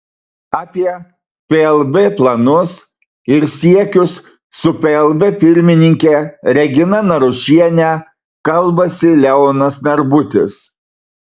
apie plb planus ir siekius su plb pirmininke regina narušiene kalbasi leonas narbutis